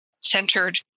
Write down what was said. centered